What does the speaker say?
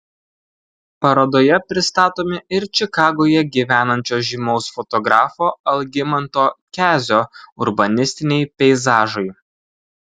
parodoje pristatomi ir čikagoje gyvenančio žymaus fotografo algimanto kezio urbanistiniai peizažai